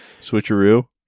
switcheroo